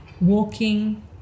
walking